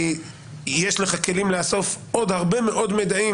יש לך כלים לאסוף עוד הרבה מאוד מידע,